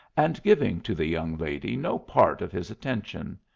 and giving to the young lady no part of his attention.